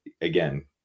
again